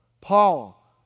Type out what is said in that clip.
Paul